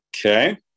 Okay